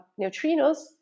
neutrinos